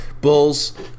Bulls